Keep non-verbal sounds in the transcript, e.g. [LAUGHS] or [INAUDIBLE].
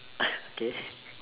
[LAUGHS] okay